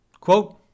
Quote